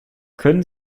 können